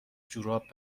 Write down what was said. جوراب